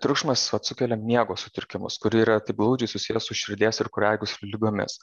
triukšmas vat sukelia miego sutrikimus kurie yra taip glaudžiai susiję su širdies ir kraujagyslių ligomis